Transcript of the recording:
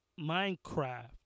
Minecraft